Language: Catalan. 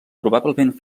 probablement